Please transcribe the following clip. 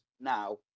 now